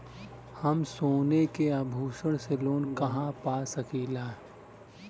हम सोने के आभूषण से लोन कहा पा सकीला?